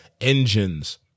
engines